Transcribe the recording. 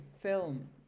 film